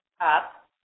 up